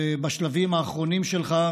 בשלבים האחרונים שלך,